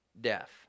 death